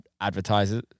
advertisers